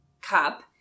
cup